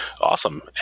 Awesome